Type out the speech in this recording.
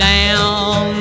Down